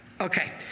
Okay